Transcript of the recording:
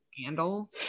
Scandal